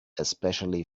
especially